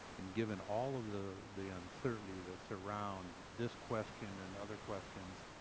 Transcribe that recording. and given all of the the uncertainties that surround this question and other questions,